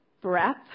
breath